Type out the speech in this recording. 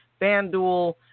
FanDuel